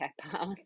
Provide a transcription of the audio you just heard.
path